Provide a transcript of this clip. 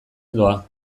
doa